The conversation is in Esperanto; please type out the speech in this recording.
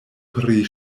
pri